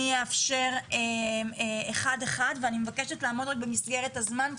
אני אאפשר אחד אחד ואני מבקשת לעמוד רק במסגרת הזמן.